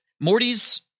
Morty's